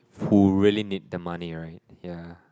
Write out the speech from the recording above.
who really need the money right yeah